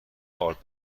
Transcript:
آرد